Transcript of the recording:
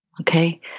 Okay